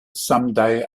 someday